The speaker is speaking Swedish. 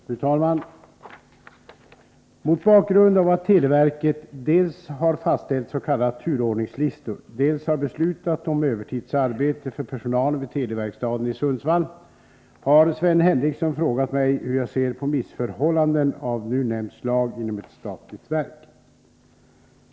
Fru talman! Mot bakgrund av att televerket dels har fastställt s.k. turordningslistor, dels har beslutat om övertidsarbete för personalen vid Teli-verkstaden i Sundsvall har Sven Henricsson frågat mig hur jag ser på missförhållanden av nu nämnt slag inom ett statligt verk.